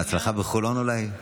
בהצלחה בחולון אולי?